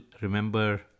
remember